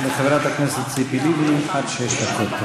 חברת הכנסת ציפי לבני, עד שש דקות.